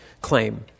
claim